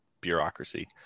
bureaucracy